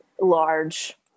large